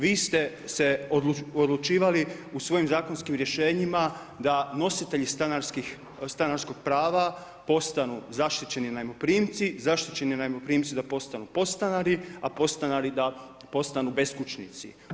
Vi ste se odlučivali u svojim zakonskim rješenjima da nositelji stanarskog prava postanu zaštićeni najmoprimci, zaštićeni najmoprimci da postanu podstanari, a podstanari da postanu beskućnici.